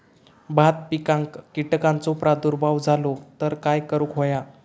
भात पिकांक कीटकांचो प्रादुर्भाव झालो तर काय करूक होया?